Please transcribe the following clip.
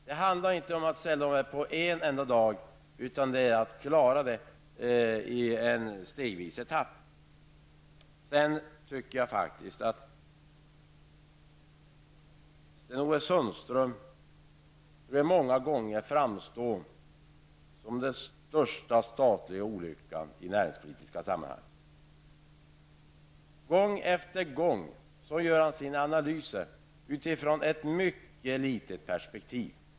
Det handlar alltså inte om att sälja allt på en enda dag, utan det kan ske stegvis. Jag tycker faktiskt att Sten-Ove Sundström ofta försöker framställa utförsäljning av statliga företag som den största av olyckor i näringspolitiska sammanhang. Gång efter gång gör han sina analyser utifrån ett mycket snävt perspektiv.